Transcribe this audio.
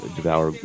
devour